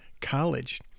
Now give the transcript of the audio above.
college